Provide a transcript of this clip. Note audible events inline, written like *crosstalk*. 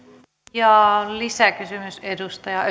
ja lisäkysymys edustaja *unintelligible*